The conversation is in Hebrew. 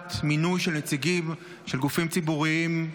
מונעת מינוי של נציגים של גופים ציבוריים,